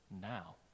now